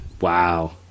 wow